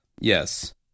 Yes